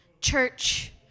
Church